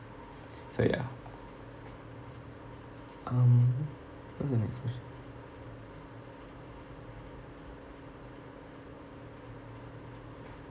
so ya um what's the next question